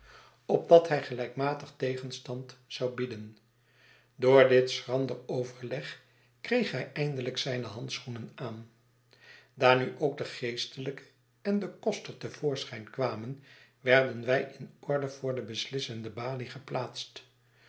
opdat hij gelijkmatig tegenstand zou bieden door dit schrander overleg kreeg hij eindelijk zijne handschoenen aan daar nu ook de geestelijke en de koster te voorschijn kwamen werden wij inordevoor debeslissende balie geplaatst